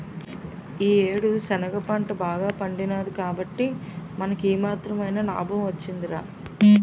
ఈ యేడు శనగ పంట బాగా పండినాది కాబట్టే మనకి ఈ మాత్రమైన నాబం వొచ్చిందిరా